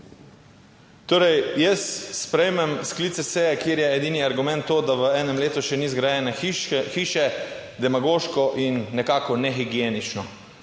Torej, jaz sprejmem sklic seje, kjer je edini argument to, da v enem letu še ni zgrajene hiše, hiše, demagoško in nekako ne higienično.